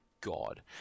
god